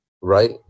right